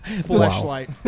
flashlight